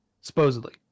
supposedly